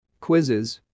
Quizzes